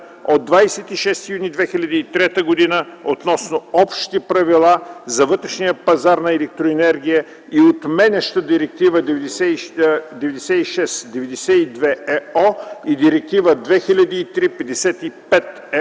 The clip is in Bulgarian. от 26 юни 2003 година относно общите правила за вътрешния пазар на електроенергия и отменяща Директива 96/92/ЕО и Директива 2003/55/ЕО